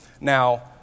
now